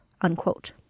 unquote